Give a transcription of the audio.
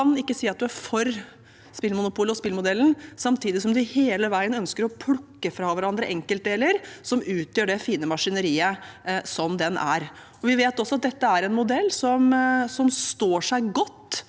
monopolet – at man er for spillmonopolet og spillmodellen samtidig som man hele veien ønsker å plukke fra hverandre enkeltdeler som utgjør det fine maskineriet som dette er. Vi vet at dette er en modell som står seg godt,